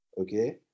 okay